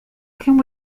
can